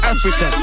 Africa